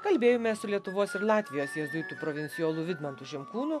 kalbėjome su lietuvos ir latvijos jėzuitų provincijolu vidmantu šimkūnu